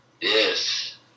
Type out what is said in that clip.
Yes